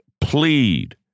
plead